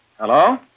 Hello